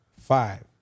five